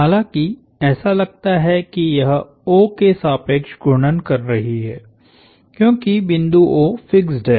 हालाँकि ऐसा लगता है कि यह O के सापेक्ष घूर्णन कर रही है क्योंकि बिंदु O फिक्स्ड है